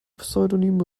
pseudonym